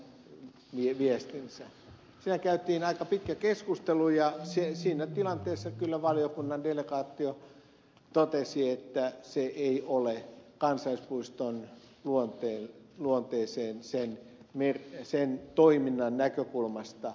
siellä käytiin aika pitkä keskustelu ja siinä tilanteessa kyllä valiokunnan delegaatio totesi että se ei ole kansallispuiston luonteen ja toiminnan näkökulmasta viisasta